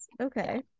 okay